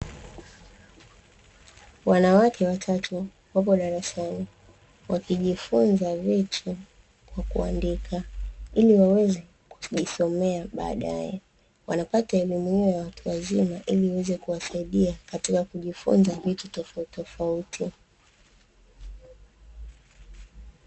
Wanawake watatu wapo darasani, wakijifunza vitu kwa kuandika ili waweze kujisomea baadae, wanapata elimu hiyo ya watu wazima ili iweze kuwasaidia katika kujifunza vitu fofautitofauti.